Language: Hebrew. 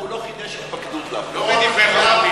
לא בדברי חכמים,